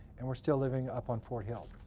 and were still living up on fort hill.